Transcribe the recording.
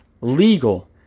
legal